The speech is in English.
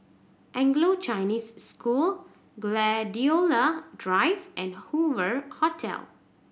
Anglo Chinese School Gladiola Drive and Hoover Hotel